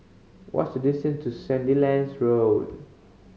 what's distance to Sandilands Road